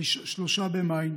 3 במאי,